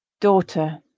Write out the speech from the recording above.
daughter